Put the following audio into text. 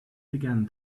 began